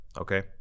okay